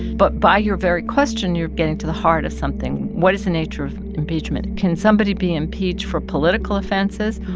but by your very question, you're getting to the heart of something. what is the nature of impeachment? can somebody be impeached for political offenses?